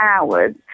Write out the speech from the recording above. hours